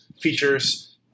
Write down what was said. features